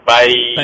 Bye